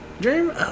Dream